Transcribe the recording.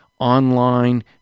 online